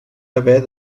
haver